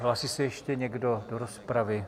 Hlásí se ještě někdo do rozpravy?